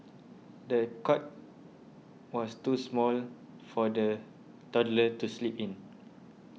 the cot was too small for the toddler to sleep in